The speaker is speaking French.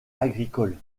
agricole